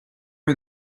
are